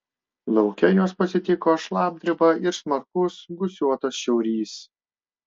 lauke juos pasitiko šlapdriba ir smarkus gūsiuotas šiaurys